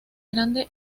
grande